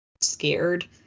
scared